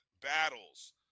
Battles